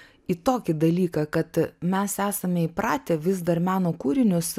į tokį dalyką kad mes esame įpratę vis dar meno kūrinius